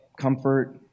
comfort